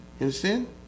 understand